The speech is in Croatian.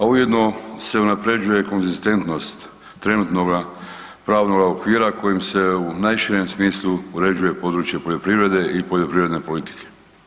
A ujedno se unapređuje konzistentnost trenutnoga pravnoga okvira kojim se u najširem smislu uređuje područje poljoprivrede i poljoprivredne politike.